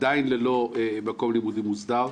עדיין ללא מקום לימודים מוסדר.